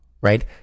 right